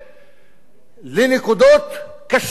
לנקודות קשות מאוד,